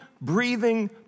breathing